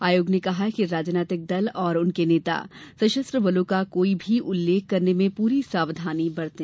आयोग ने कहा कि राजनीतिक दल और उनके नेता सशस्त्र बलों का कोई उल्लेख करते हुये में पूरी सावधानी बरतें